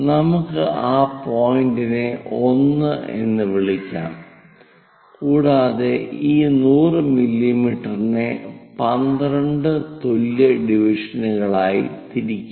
നമുക്ക് ആ പോയിന്റിനെ 1 എന്ന് വിളിക്കാം കൂടാതെ ഈ 100 മില്ലീമീറ്ററിനെ 12 തുല്യ ഡിവിഷനുകളായി തിരിക്കാം